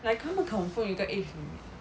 like 他们 confirm 有一个 age limit